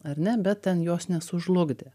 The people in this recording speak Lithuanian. ar ne bet ten jos nesužlugdė